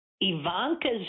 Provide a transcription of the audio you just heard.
Ivanka's